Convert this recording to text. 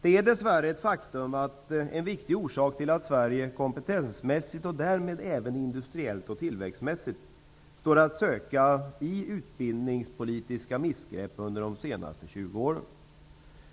Det är dess värre ett faktum att en viktig orsak till att Sverige kompetensmässigt och därmed även industriellt och tillväxtmässigt kommit på efterkälken står att söka i utbildningspolitiska missgrepp under de senaste 20